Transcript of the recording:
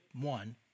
one